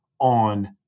on